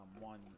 one